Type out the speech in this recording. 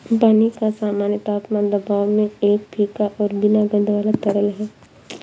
पानी का सामान्य तापमान दबाव में एक फीका और बिना गंध वाला तरल है